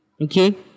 Okay